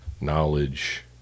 knowledge